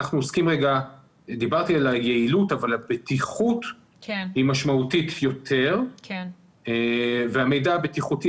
דיברתי על היעילות אבל הבטיחות היא משמעותית יותר והמידע הבטיחותי,